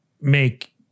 make